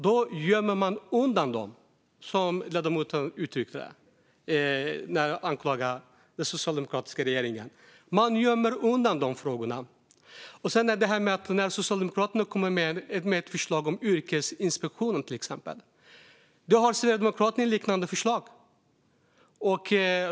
Man gömmer undan dessa frågor, som ledamoten uttryckte det när han anklagade den socialdemokratiska regeringen. När Socialdemokraterna kommer med ett förslag om till exempel yrkesinspektion har Sverigedemokraterna ett liknande förslag.